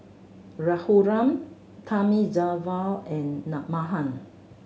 Raghuram Thamizhavel and Mahan